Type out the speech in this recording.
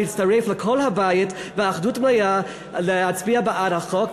להצטרף לכל הבית ולהצביע בעד החוק.